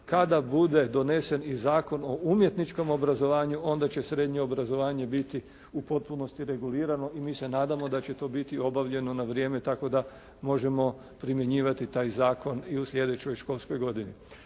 kada bude donesen i zakon o umjetničkom obrazovanju, onda će srednje obrazovanje biti u potpunosti regulirano, i mi se nadamo da će to biti obavljeno na vrijeme tako da možemo primjenjivati taj zakon i u sljedećoj školskoj godini.